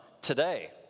today